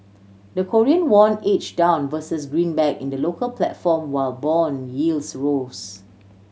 the Korean won edge down versus greenback in the local platform while bond yields rose